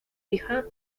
hija